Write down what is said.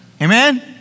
Amen